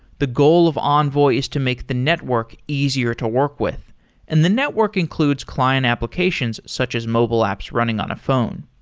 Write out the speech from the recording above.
the goal of envoy is to make the network easier to work with and the network includes client applications such as mobile apps running on a phone.